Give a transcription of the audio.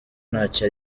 ntacyo